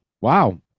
Wow